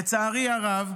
לצערי הרב,